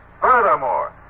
Furthermore